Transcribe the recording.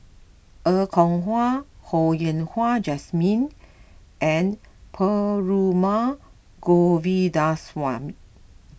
Er Kwong Wah Ho Yen Wah Jesmine and Perumal Govindaswamy